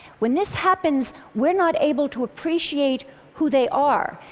when this happens, we're not able to appreciate who they are.